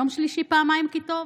יום שלישי פעמיים כי טוב.